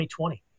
2020